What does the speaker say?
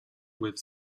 with